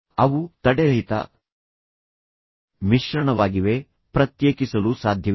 ಅವು ತಡೆರಹಿತ ಮಿಶ್ರಣವಾಗಿವೆ ಪ್ರತ್ಯೇಕಿಸಲು ಸಾಧ್ಯವಿಲ್ಲ